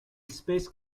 space